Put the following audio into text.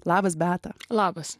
labas beata labas